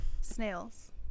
Snails